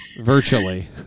virtually